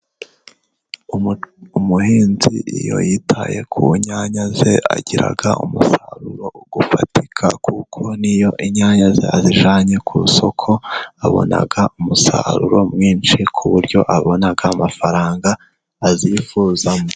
Umuhinzi iyo yitaye ku nyanya ze agiraga umusaruro ufatika, kuko n'iyo inyanya azijyanye ku isoko abona umusaruro mwinshi, ku buryo abona amafaranga azifuyemo.